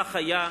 כך היה,